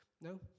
No